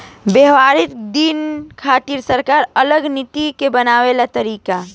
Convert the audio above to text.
व्यापारिक दिन खातिर सरकार अलग नीति के बनाव तिया